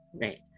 Right